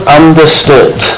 understood